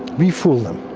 we fool them,